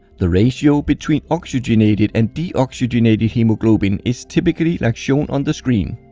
the ratio between oxygenated and deoxygenated hemoglobin is typically like shown on the screen.